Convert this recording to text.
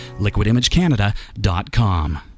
LiquidImageCanada.com